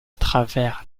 travers